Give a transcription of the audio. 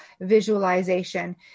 visualization